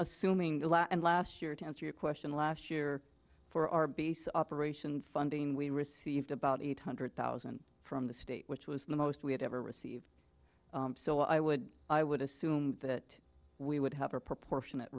assuming a lot and last year to answer your question last year for our base of operations funding we received about eight hundred thousand from the state which was the most we had ever received so i would i would assume that we would have a proportionate